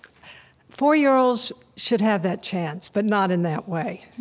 four-year-olds should have that chance, but not in that way,